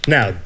Now